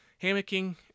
hammocking